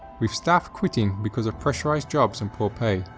with staff quitting because of pressurised jobs and poor pay,